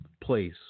place